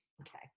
Okay